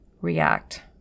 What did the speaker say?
react